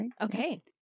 okay